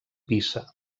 pisa